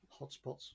hotspots